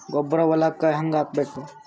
ಗೊಬ್ಬರ ಹೊಲಕ್ಕ ಹಂಗ್ ಹಾಕಬೇಕು?